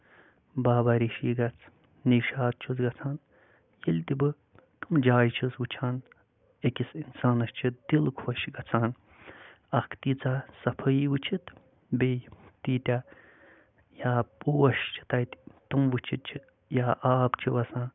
بابا رِشی گژھٕ نِشات چھُس گژھان ییٚلہِ تہٕ بہٕ جایہِ چھُس وُچھان أکِس اِنسانَس چھُ دِل خۄش گژھان اکھ تیٖژاہ ضفٲیہِ وُچھِتھ بیٚیہِ تیٖتٮ۪ہ یا پوٚش چھِ تَتہِ تٔۍ وُچھِتھ چھِ یا آب چھُ وَسان